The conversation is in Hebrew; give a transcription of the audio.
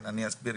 תודה לך,